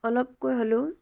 অলপকৈ হ'লেও